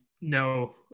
No